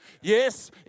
Yes